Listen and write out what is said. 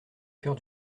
coeur